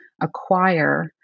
acquire